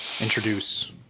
introduce